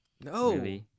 No